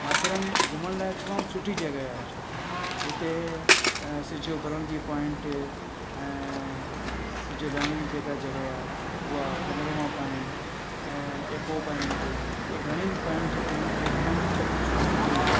माथेरान घुमण लाइ तमामु सुठी जॻहि आहे एक्चुअली उते सिजु उभरण जी पॉइंट ऐं सिजु लहण जी जेका जॻहि आहे उहा पैनोरोमा पॉइंट ऐं इको पॉइंट इहे घणेई पॉइंट जेके आहिनि उहे तमामि सुठी सुठियूं आहिनि